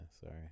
sorry